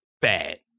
Bad